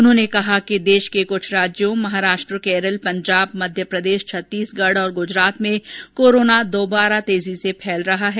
उन्होंने कहा कि देश के कुछ राज्यों महाराष्ट्र केरल पंजाब मध्यप्रदेश छत्तीसगढ़ गुजरात में कोरोना दोबारा तेजी से फैल रहा है